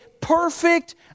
perfect